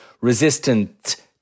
resistant